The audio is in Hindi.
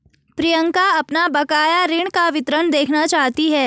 प्रियंका अपना बकाया ऋण का विवरण देखना चाहती है